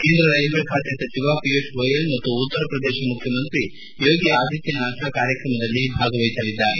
ಕೇಂದ್ರ ರೈಲ್ವೆ ಖಾತೆ ಸಚಿವ ಪಿಯೂಷ್ ಗೋಯಲ್ ಮತ್ತು ಉತ್ತರ ಪ್ರದೇಶ ಮುಖ್ಯಮಂತ್ರಿ ಯೋಗಿ ಆದಿತ್ಯನಾಥ್ ಕಾರ್ಯಕ್ರಮದಲ್ಲಿ ಭಾಗವಹಿಸಲಿದ್ದಾರೆ